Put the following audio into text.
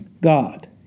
God